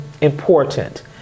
important